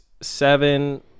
seven